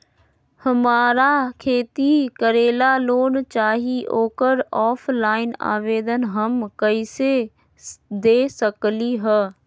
हमरा खेती करेला लोन चाहि ओकर ऑफलाइन आवेदन हम कईसे दे सकलि ह?